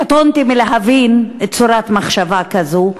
קטונתי מלהבין צורת מחשבה כזו,